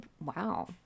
wow